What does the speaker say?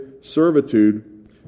servitude